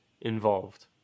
involved